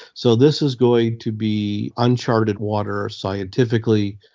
so this is going to be uncharted water scientifically,